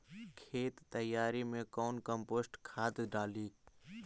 खेत तैयारी मे कौन कम्पोस्ट खाद डाली?